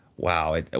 wow